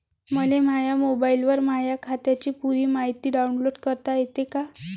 मले माह्या मोबाईलवर माह्या खात्याची पुरी मायती डाऊनलोड करता येते का?